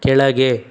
ಕೆಳಗೆ